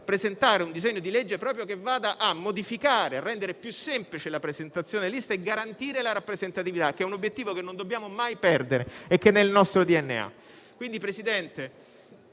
presentare un disegno di legge per modificare, rendendola più semplice, la presentazione delle liste e garantire la rappresentatività, che è un obiettivo che non dobbiamo mai perdere e che è nel nostro DNA.